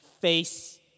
face